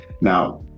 Now